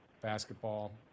basketball